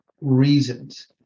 reasons